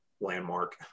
landmark